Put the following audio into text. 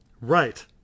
Right